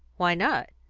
why not?